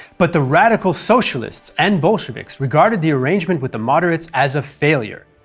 but the radical-socialists and bolsheviks regarded the arrangement with the moderates as a failure,